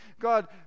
God